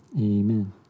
amen